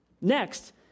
Next